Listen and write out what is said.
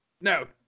No